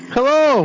Hello